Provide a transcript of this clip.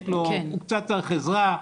הוא קצת צריך עזרה.